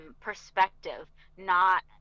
perspective—not